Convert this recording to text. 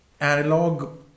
analog